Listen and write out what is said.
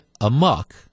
amok